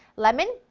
lemon,